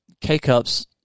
K-Cups